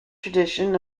tradition